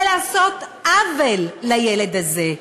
זה לעשות עוול לילד הזה.